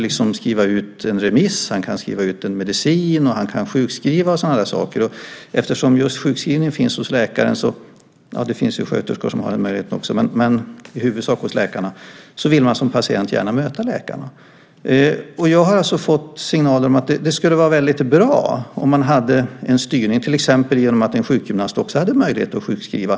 Läkaren kan skriva en remiss, skriva ut medicin och sjukskriva patienten. Eftersom just sjukskrivningsrätten ligger hos läkaren - det finns sköterskor som också har den möjligheten, men i huvudsak ligger den hos läkaren - vill man som patient gärna möta läkaren. Jag har alltså fått signaler om att det vore bra med en styrning så att till exempel en sjukgymnast också hade möjlighet att sjukskriva patienter.